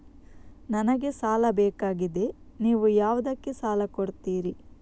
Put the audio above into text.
ನನಗೆ ಸಾಲ ಬೇಕಾಗಿದೆ, ನೀವು ಯಾವುದಕ್ಕೆ ಸಾಲ ಕೊಡ್ತೀರಿ?